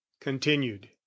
continued